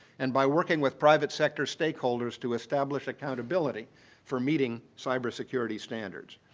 and by working with private sector stakeholders to establish accountability for meeting cyber security standards.